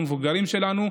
למבוגרים שלנו,